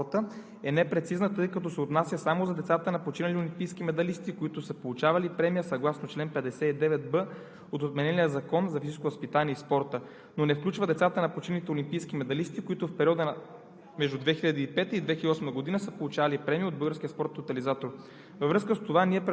Към момента действащата разпоредба на § 6 от Преходните и заключителните разпоредби на Закона за физическото възпитание и спорта е непрецизна, тъй като се отнася само за децата на починали олимпийски медалисти, които са получавали премия съгласно чл. 59б от отменения Закон за физическото възпитание и спорта, но не включва децата на починалите олимпийски медалисти, които в периода между